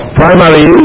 primary